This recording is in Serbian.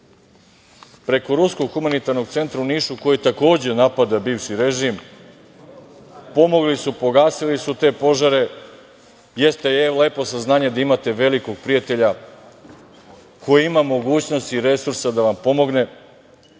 preko ruskog humanitarnog centra u Nišu koji je takođe napadao bivši režim, pomogli su pogasili su te požare. Jeste lepo saznanje da imate velikog prijatelja koji ima mogućnosti i resursa da vam pomogne,